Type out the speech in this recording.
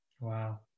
Wow